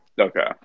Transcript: Okay